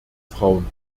frauen